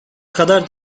kadar